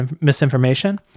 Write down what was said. misinformation